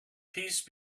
peace